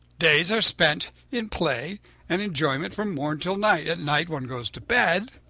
days are spent in play and enjoyment from morn till night. at night one goes to bed,